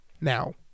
now